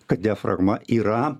kad diafragma yra